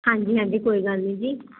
ਹਾਂਜੀ ਹਾਂਜੀ ਕੋਈ ਗੱਲ ਨਹੀਂ ਜੀ